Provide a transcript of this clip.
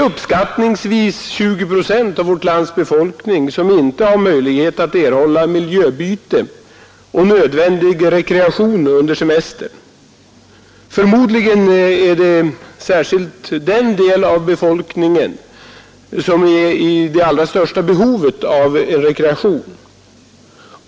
Uppskattningsvis 20 procent av befolkningen i vårt land har inte möjlighet att erhålla rekreation och miljöbyte under semestern. Förmodligen är det särskilt den delen av befolkningen som har det allra största behovet av rekreation.